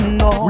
no